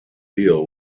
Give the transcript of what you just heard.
deal